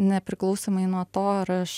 nepriklausomai nuo to ar aš